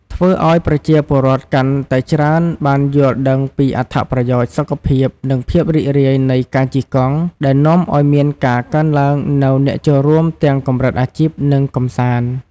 ធ្វើអោយប្រជាពលរដ្ឋកាន់តែច្រើនបានយល់ដឹងពីអត្ថប្រយោជន៍សុខភាព និងភាពរីករាយនៃការជិះកង់ ដែលនាំឲ្យមានការកើនឡើងនូវអ្នកចូលរួមទាំងកម្រិតអាជីព និងកម្សាន្ត។